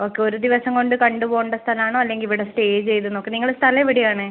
okay ഒരു ദിവസം കൊണ്ട് കണ്ട് പോകേണ്ട സ്ഥലം ആണോ അല്ലെങ്കിൽ ഇവിടെ സ്റ്റേ ചെയ്ത് നിങ്ങളുടെ സ്ഥലം എവിടെയാണ്